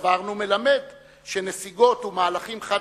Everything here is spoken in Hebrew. שצברנו מלמד שנסיגות ומהלכים חד-צדדים,